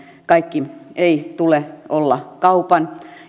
kaiken ei tule olla kaupan